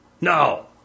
No